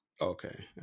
okay